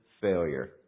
failure